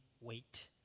wait